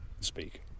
speak